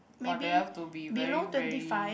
but they have to be very very